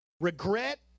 Regret